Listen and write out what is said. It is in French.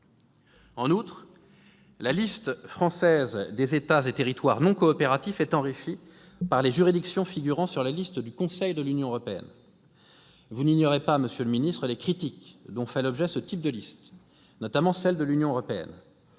En outre, la liste française des États et territoires non coopératifs s'enrichit des juridictions figurant sur la liste du Conseil de l'Union européenne. Vous n'ignorez pas, monsieur le ministre, les critiques dont fait l'objet ce type de listes, notamment celle de l'Union européenne.